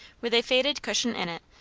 with a faded cushion in it,